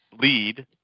lead